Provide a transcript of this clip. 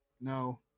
no